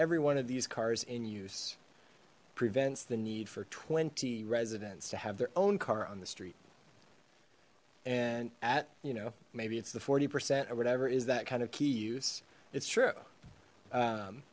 every one of these cars in use prevents the need for twenty residents to have their own car on the street and at you know maybe it's the forty percent or whatever is that kind of key use it's true